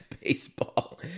baseball